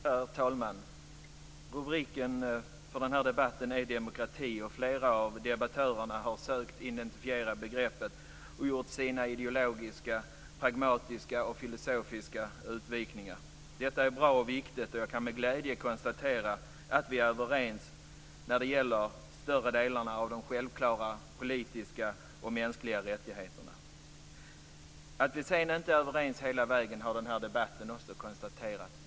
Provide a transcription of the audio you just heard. Herr talman! Rubriken för den här debatten är demokratifrågor. Flera av debattörerna har försökt att identifiera begreppet och gjort sina ideologiska, pragmatiska och filosofiska utvikningar. Detta är bra och viktigt, och jag kan med glädje konstatera att vi är överens när det gäller större delen av de självklara politiska och mänskliga rättigheterna. Att vi sedan inte är överens hela vägen har den här debatten också visat.